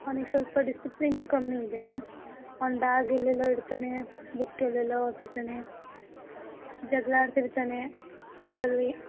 ಅವನಿಗೆ ಸ್ವಲ್ಪ ಡಿಸಿಪ್ಲೀನು ಕಮ್ಮಿ ಇದೆ ಅವನ ಬ್ಯಾಗ್ ಎಲ್ಲೆಲ್ಲೋ ಇಡ್ತಾನೆ ಬುಕ್ ಎಲ್ಲೆಲ್ಲೋ ಎಸಿತಾನೆ ಜಗಳ ಆಡ್ತಿರ್ತಾನೆ ಸ್ಕೂಲಲ್ಲಿ